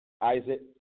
Isaac